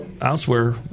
elsewhere